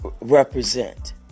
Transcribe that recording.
Represent